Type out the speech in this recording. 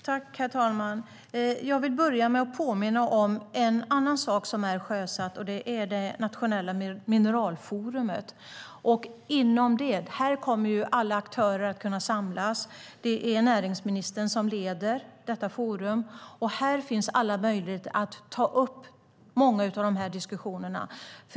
Herr talman! Jag vill börja med att påminna om en annan sak som är sjösatt, och det är det nationella mineralforumet. Här kommer alla aktörer att kunna samlas. Det är näringsministern som leder detta forum, och här finns alla möjligheter att ta upp många av dessa diskussioner.